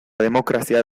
demokrazia